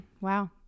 wow